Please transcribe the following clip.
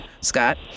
Scott